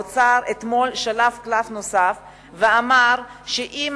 אתמול האוצר שלף קלף נוסף ואמר שאם